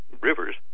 rivers